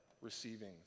receiving